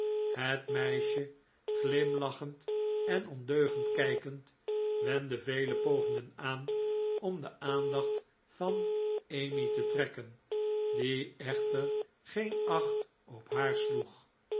het meisje glimlachend en ondeugend kijkend wendde vele pogingen aan om de aandacht van emmy te trekken die echter geen acht op haar sloeg